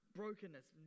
brokenness